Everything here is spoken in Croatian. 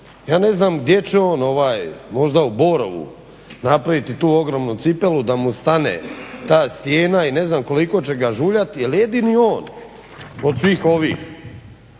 Ja ne znam gdje će on, možda u Borovu napraviti tu ogromnu cipelu da mu stane ta stijena i ne znam koliko će ga žuljati jer jedini on od svih ovih